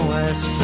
West